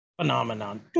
Phenomenon